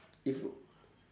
if